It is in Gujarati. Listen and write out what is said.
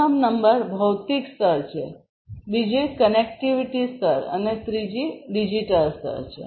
પ્રથમ નંબર ભૌતિક સ્તર છે બીજો કનેક્ટિવિટી સ્તર છે અને ત્રીજો ડિજિટલ સ્તર છે